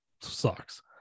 sucks